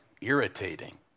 irritating